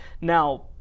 Now